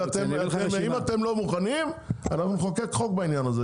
אם אתם לא מוכנים אנחנו נחוקק חוק בעניין הזה,